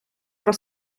про